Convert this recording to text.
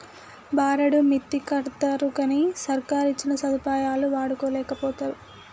బారెడు మిత్తికడ్తరుగని సర్కారిచ్చిన సదుపాయాలు వాడుకోలేకపోతరు